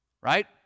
Right